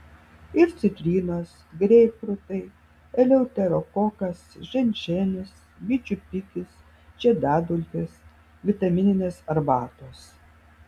ir citrinos greipfrutai eleuterokokas ženšenis bičių pikis žiedadulkės vitamininės arbatos